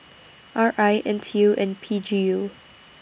R I N T U and P G U